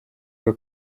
bwo